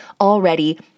already